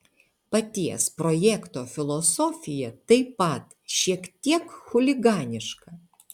paties projekto filosofija taip pat šiek tiek chuliganiška